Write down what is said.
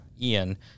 Ian